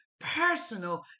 personal